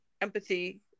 empathy